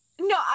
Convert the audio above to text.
no